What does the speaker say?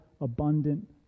abundant